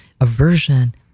aversion